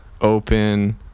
open